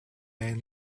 man